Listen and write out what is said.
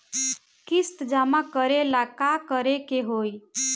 किस्त जमा करे ला का करे के होई?